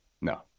No